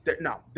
No